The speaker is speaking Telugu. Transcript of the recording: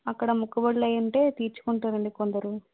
అక్కడ మొక్కుబడులు అయి ఉంటే తీర్చుకుంటారండి కొందరు